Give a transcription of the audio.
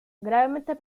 gravemente